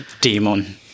demon